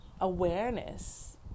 awareness